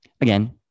again